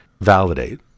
validate